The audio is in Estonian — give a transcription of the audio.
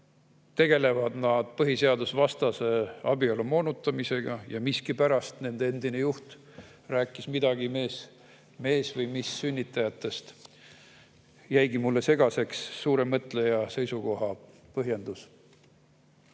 tegelevad nad põhiseadusvastase abielu moonutamisega. Ja miskipärast nende endine juht rääkis midagi mees- või mis sünnitajatest. See suure mõtleja seisukoha põhjendus